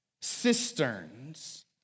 cisterns